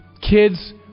Kids